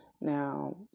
Now